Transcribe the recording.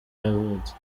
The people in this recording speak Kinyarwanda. yavutse